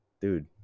Dude